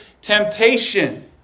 temptation